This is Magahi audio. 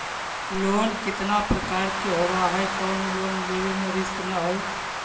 लोन कितना प्रकार के होबा है कोन लोन लेब में रिस्क न है?